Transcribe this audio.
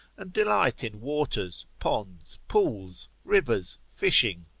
and delight in waters, ponds, pools, rivers, fishing,